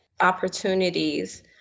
opportunities